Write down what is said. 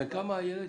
כמה הילד?